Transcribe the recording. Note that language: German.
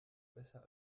besser